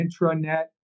intranet